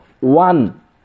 one